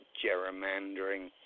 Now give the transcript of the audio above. gerrymandering